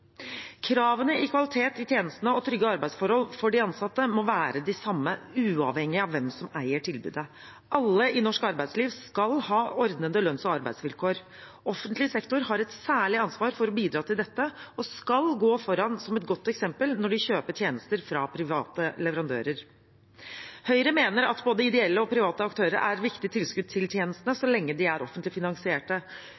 Kravene til kvalitet i tjenestene og trygge arbeidsforhold for de ansatte må være de samme, uavhengig av hvem som eier tilbudet. Alle i norsk arbeidsliv skal ha ordnede lønns- og arbeidsvilkår. Offentlig sektor har et særlig ansvar for å bidra til dette og skal gå foran som et godt eksempel når de kjøper tjenester fra private leverandører. Høyre mener at både ideelle og private aktører er viktige tilskudd til tjenestene,